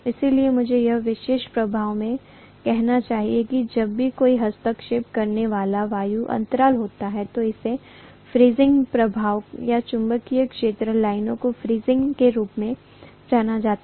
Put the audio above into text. इसलिए मुझे यह विशेष प्रभाव में कहना चाहिए कि जब भी कोई हस्तक्षेप करने वाला वायु अंतराल होता है तो इसे फ्रिंजिंग प्रभाव या चुंबकीय क्षेत्र लाइनों को फ्रिंजिंग के रूप में जाना जाता है